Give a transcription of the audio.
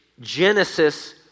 Genesis